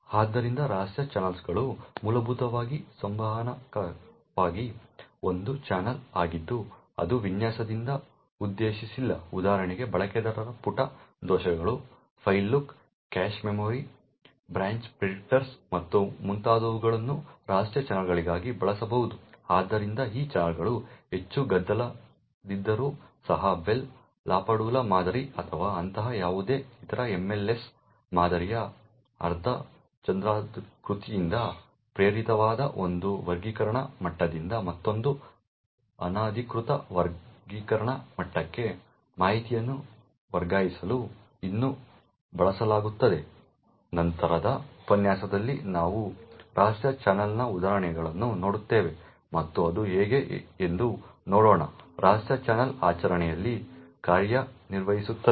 ಆದ್ದರಿಂದ ರಹಸ್ಯ ಚಾನೆಲ್ಗಳು ಮೂಲಭೂತವಾಗಿ ಸಂವಹನಕ್ಕಾಗಿ ಒಂದು ಚಾನಲ್ ಆಗಿದ್ದು ಅದು ವಿನ್ಯಾಸದಿಂದ ಉದ್ದೇಶಿಸಿಲ್ಲ ಉದಾಹರಣೆಗೆ ಬಳಕೆದಾರ ಪುಟ ದೋಷಗಳು file lock cache memory branch ಪ್ರಿಡಿಕ್ಟರ್ಗಳು ಮತ್ತು ಮುಂತಾದವುಗಳನ್ನು ರಹಸ್ಯ ಚಾನಲ್ಗಳಾಗಿ ಬಳಸಬಹುದು ಆದ್ದರಿಂದ ಈ ಚಾನಲ್ಗಳು ಹೆಚ್ಚು ಗದ್ದಲದಿದ್ದರೂ ಸಹ ಬೆಲ್ ಲಾಪದುಲಾಮಾದರಿ ಅಥವಾ ಅಂತಹ ಯಾವುದೇ ಇತರ MLS ಮಾದರಿಯ ಅರ್ಧಚಂದ್ರಾಕೃತಿಯಿಂದ ಪ್ರೇರಿತವಾದ ಒಂದು ವರ್ಗೀಕರಣ ಮಟ್ಟದಿಂದ ಮತ್ತೊಂದು ಅನಧಿಕೃತ ವರ್ಗೀಕರಣ ಮಟ್ಟಕ್ಕೆ ಮಾಹಿತಿಯನ್ನು ವರ್ಗಾಯಿಸಲು ಇನ್ನೂ ಬಳಸಲಾಗುತ್ತದೆ ನಂತರದ ಉಪನ್ಯಾಸದಲ್ಲಿ ನಾವು ರಹಸ್ಯ ಚಾನಲ್ನ ಉದಾಹರಣೆಯನ್ನು ನೋಡುತ್ತೇವೆ ಮತ್ತು ಅದು ಹೇಗೆ ಎಂದು ನೋಡೋಣ ರಹಸ್ಯ ಚಾನಲ್ ಆಚರಣೆಯಲ್ಲಿ ಕಾರ್ಯನಿರ್ವಹಿಸುತ್ತದೆ